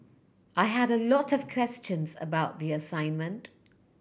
I had a lot of questions about the assignment